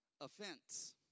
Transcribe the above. offense